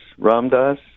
Ramdas